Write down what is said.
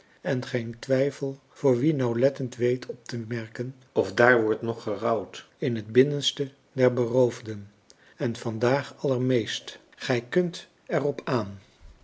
en geen twijfel voor wie nauwlettend weet op te merken of daar wordt nog gerouwd in het binnenste der beroofden en vandaag allermeest gij kunt er op aan